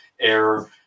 air